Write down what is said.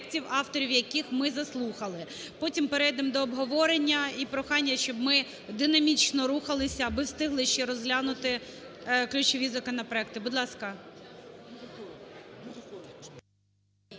авторів яких ми заслухали. Потім перейдемо до обговорення. І прохання, щоб ми динамічно рухалися, аби встигли ще розглянути ключові законопроекти. Будь ласка.